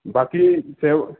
बाक़ी सेवा